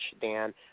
Dan